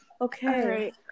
okay